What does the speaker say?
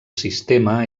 sistema